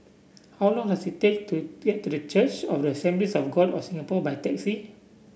how long does it take to get to The Church of the Assemblies of God of Singapore by taxi